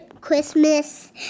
Christmas